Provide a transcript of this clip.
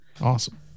Awesome